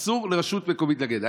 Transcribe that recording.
אסור לרשות מקומית להתאגד.